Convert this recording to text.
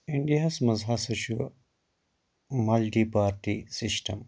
اِنٛڈیاہَس منٛز ہسا چھُ مَلٹی پارٹی سِسٹَم